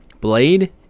Blade